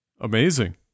Amazing